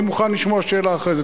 אני מוכן לשמוע שאלה אחרי זה,